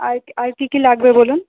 আর আর কি কি লাগবে বলুন